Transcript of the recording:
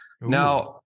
Now